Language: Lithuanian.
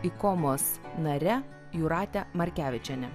ikomos nare jūrate markevičiene